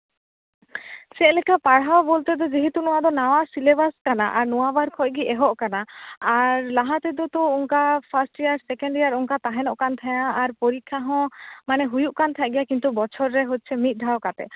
ᱪᱮᱫᱞᱮᱠᱟ ᱯᱟᱲᱦᱟᱣ ᱵᱚᱞᱛᱮ ᱫᱚ ᱡᱮᱦᱮᱛᱩ ᱱᱚᱣᱟ ᱫᱚ ᱱᱟᱣᱟ ᱥᱤᱞᱮᱵᱟᱥ ᱠᱟᱱᱟ ᱟᱨ ᱱᱚᱣᱟ ᱵᱟᱨ ᱠᱷᱚᱡ ᱜᱤ ᱮᱦᱚᱵ ᱠᱟᱱᱟ ᱟᱨ ᱞᱟᱦᱟ ᱛᱮᱫᱚ ᱛᱚ ᱚᱱᱠᱟ ᱯᱷᱟᱨᱥᱴ ᱮᱭᱟᱨ ᱥᱮᱠᱮᱱᱰ ᱮᱭᱟᱨ ᱚᱱᱠᱟ ᱛᱟᱦᱮᱱᱚᱜ ᱠᱟᱱ ᱛᱟᱦᱮᱸᱜᱼᱟ ᱟᱨ ᱯᱚᱨᱤᱠᱠᱷᱟ ᱦᱚᱸ ᱢᱟᱱᱮ ᱦᱩᱭᱩᱜ ᱠᱟᱱ ᱛᱟᱦᱮᱸᱜ ᱜᱮᱭᱟ ᱠᱤᱱᱛᱩ ᱵᱚᱪᱷᱚᱨ ᱨᱮ ᱦᱚᱪᱪᱷᱮ ᱢᱤᱫ ᱫᱷᱟᱣ ᱠᱟᱛᱮᱫ